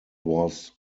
was